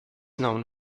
known